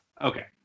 Okay